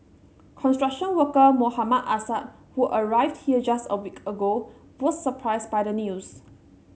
construction worker Mohammad Assad who arrived here just a week ago was surprised by the news